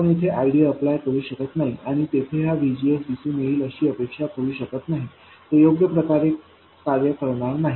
आपण येथे IDअप्लाय करू शकत नाही आणि तेथे हा VGS दिसून येईल अशी अपेक्षा करू शकत नाही ते योग्य प्रकारे कार्य करणार नाही